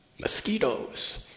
mosquitoes